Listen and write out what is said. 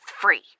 free